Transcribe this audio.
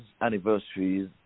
anniversaries